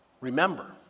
remember